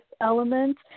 element